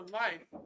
life